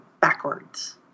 backwards